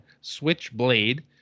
Switchblade